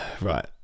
Right